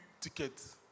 tickets